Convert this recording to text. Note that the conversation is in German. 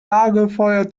lagerfeuer